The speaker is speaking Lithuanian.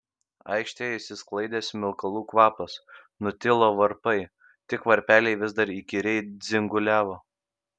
aikštėje išsisklaidė smilkalų kvapas nutilo varpai tik varpeliai vis dar įkyriai dzinguliavo